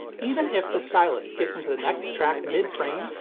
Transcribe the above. even if the stylus skips into the next track mid-frame,